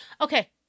Okay